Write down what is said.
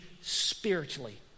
spiritually